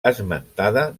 esmentada